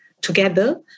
together